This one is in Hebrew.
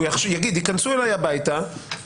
אתה תפסיד כי הוא יגיד שייכנסו אליו הביתה בשביל